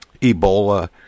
Ebola